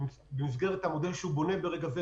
במסגרת המודל שהוא בונה ברגע זה,